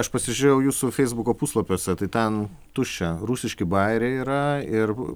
aš pasižiūrėjau jūsų feisbuko puslapiuose tai ten tuščia rusiški bajeriai yra ir